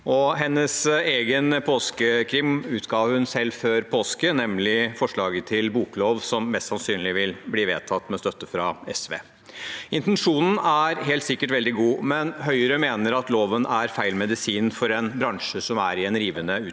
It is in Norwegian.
Sin egen påskekrim utga hun selv før påske, nemlig forslaget til boklov, som mest sannsynlig vil bli vedtatt med støtte fra SV. Intensjonen er helt sikkert veldig god, men Høyre mener at loven er feil medisin for en bransje som er i rivende utvikling,